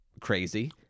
crazy